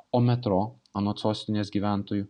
o metro anot sostinės gyventojų